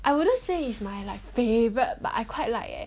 I wouldn't say it's my like favourite but I quite like eh